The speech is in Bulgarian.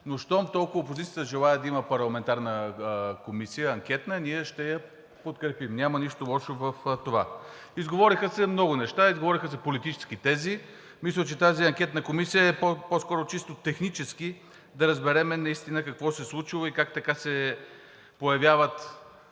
Но щом толкова опозицията желае да има парламентарна анкетна комисия, ние ще я подкрепим – няма нищо лошо в това. Изговориха се много неща, изговориха се политически тези. Мисля, че тази анкетна комисия е по-скоро чисто технически да разберем наистина какво се е случило и как така се появяват